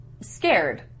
scared